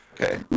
Okay